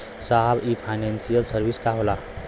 साहब इ financial service का होला?